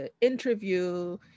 interview